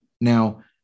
Now